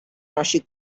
nosi